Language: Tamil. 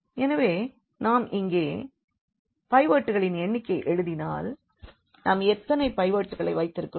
எனவே நாம் இங்கே பைவட்களின் எண்ணிக்கையை எழுதினால் இங்கே நாம் எத்தனை பைவட்களை வைத்திருக்கிறோம்